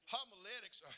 Homiletics